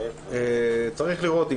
צריך לראות,